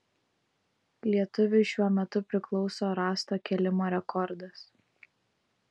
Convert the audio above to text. lietuviui šiuo metu priklauso rąsto kėlimo rekordas